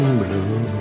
blue